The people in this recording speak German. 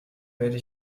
werde